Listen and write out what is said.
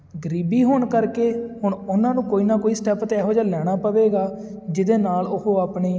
ਗਰੀਬੀ ਹੋਣ ਕਰਕੇ ਹੁਣ ਉਹਨਾਂ ਨੂੰ ਕੋਈ ਨਾ ਕੋਈ ਸਟੈਪ ਤਾਂ ਇਹੋ ਜਿਹਾ ਲੈਣਾ ਪਵੇਗਾ ਜਿਹਦੇ ਨਾਲ ਉਹ ਆਪਣੀ